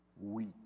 weak